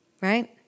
right